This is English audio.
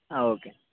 okay